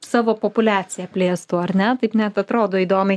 savo populiaciją plėstų ar ne taip net atrodo įdomiai